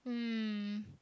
mm